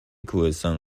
کوهستان